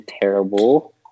terrible